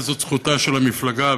וזו זכותה של המפלגה,